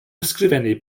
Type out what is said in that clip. ysgrifennu